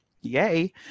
Yay